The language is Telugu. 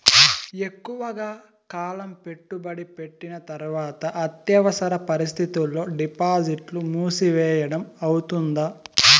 ఎక్కువగా కాలం పెట్టుబడి పెట్టిన తర్వాత అత్యవసర పరిస్థితుల్లో డిపాజిట్లు మూసివేయడం అవుతుందా?